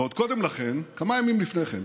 ועוד קודם לכן, כמה ימים לפני כן,